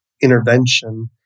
intervention